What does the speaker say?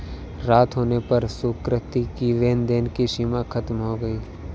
रात होने पर सुकृति की लेन देन की सीमा खत्म हो गई